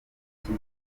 ikipe